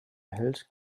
erhält